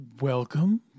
Welcome